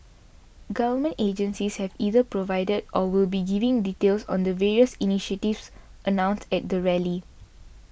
government agencies have either provided or will be giving details on the various initiatives announced at the rally